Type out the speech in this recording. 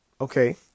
okay